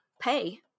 pay